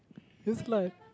this like